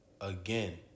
again